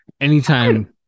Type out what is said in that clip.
anytime